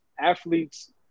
athletes